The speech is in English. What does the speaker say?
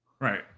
right